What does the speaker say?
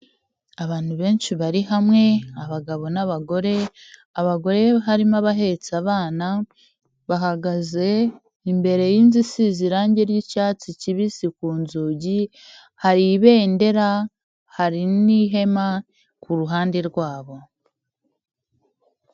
Abantu benshi bari hamwe abagabo n'abagore, abagore harimo abahetse abana bahagaze imbere y'inzu isize irange ry'icyatsi kibisi ku nzugi, hari ibendera hari n'ihema ku ruhande rwabo.